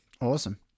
Awesome